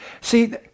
See